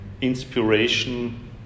inspiration